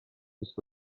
this